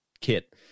kit